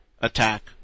attack